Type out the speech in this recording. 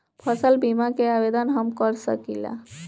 फसल बीमा के आवेदन हम कर सकिला?